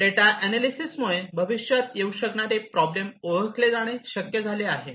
data analysis मुळे भविष्यात येऊ शकणारे प्रॉब्लेम ओळखणे शक्य झाले आहे